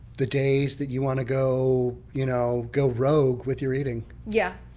the days that you want to go you know go rogue with your eating. yeah.